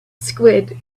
squid